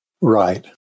Right